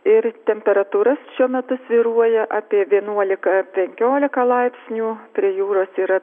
ir temperatūra šiuo metu svyruoja apie vienuolika penkiolika laipsnių prie jūros yra